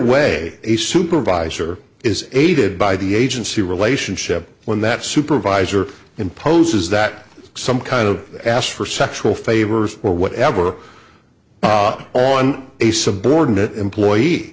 way a supervisor is aided by the agency relationship when that supervisor imposes that some kind of asked for sexual favors or whatever on a subordinate employee